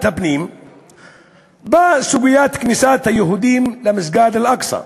הפנים בסוגיית כניסת היהודים למסגד אל-אקצא,